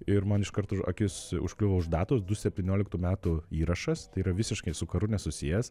ir man iš karto akis užkliuvo už datos du septynioliktų metų įrašas tai yra visiškai su karu nesusijęs